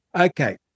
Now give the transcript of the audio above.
okay